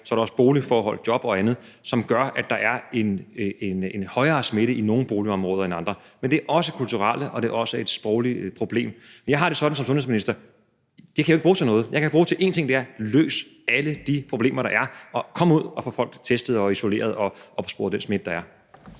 sprogbarrierer, boligforhold, job og andet, som gør, at der er en højere smitte i nogle boligområder end andre, men det er også kulturelle forhold og sproglige problemer. Men jeg har det sådan som sundhedsminister, at det kan jeg jo ikke bruge til noget. Jeg kan kun sige en ting: Løs alle de problemer, der er, og kom ud og få folk testet og isoleret, og opspor den smitte, der er.